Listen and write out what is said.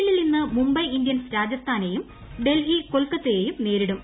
എല്ലിൽ ഇന്ന് മുംബൈ ഇന്ത്യൻസ് രാജസ്ഥാനെയും ഡെൽഹി കൊൽക്കത്തയേയും നേരിടും